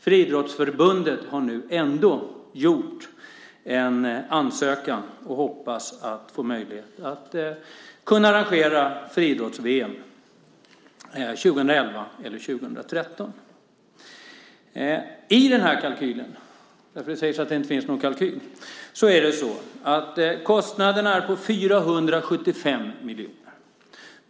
Friidrottsförbundet har ändå lämnat in en ny ansökan och hoppas att få möjlighet att arrangera friidrotts-VM 2011 eller 2013. I kalkylen - det sägs att det inte finns någon kalkyl - är kostnaderna på 475 miljoner.